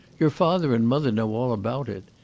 your father and mother know all about it.